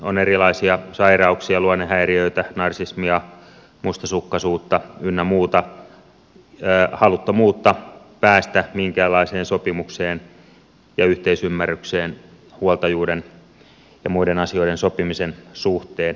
on erilaisia sairauksia luonnehäiriöitä narsismia mustasukkaisuutta ynnä muuta haluttomuutta päästä minkäänlaiseen sopimukseen ja yhteisymmärrykseen huoltajuuden ja muiden asioiden sopimisen suhteen